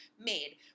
made